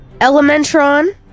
Elementron